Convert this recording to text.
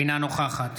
אינה נוכחת